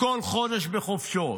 כל חודש בחודשו,